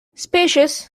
spacious